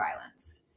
violence